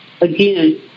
again